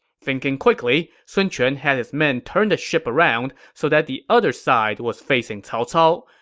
thinking quickly, sun quan had his men turn the ship around so that the other side was facing cao cao.